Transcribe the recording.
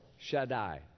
Shaddai